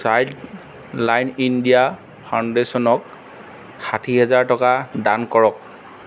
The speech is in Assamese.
চাইল্ডলাইন ইণ্ডিয়া ফাউণ্ডেশ্যনক ষাঠি হাজাৰ টকা দান কৰক